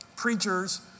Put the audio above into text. preachers